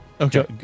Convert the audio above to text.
Okay